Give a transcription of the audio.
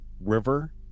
river